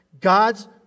God's